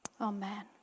Amen